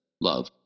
love